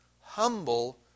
humble